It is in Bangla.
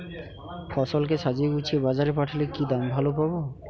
ফসল কে সাজিয়ে গুছিয়ে বাজারে পাঠালে কি দাম ভালো পাব?